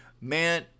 man